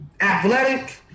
athletic